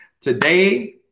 today